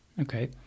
Okay